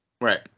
right